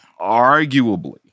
arguably